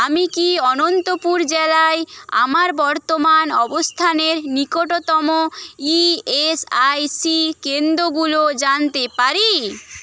আমি কি অনন্তপুর জেলায় আমার বর্তমান অবস্থানের নিকটতম ইএসআইসি কেন্দ্রগুলো জানতে পারি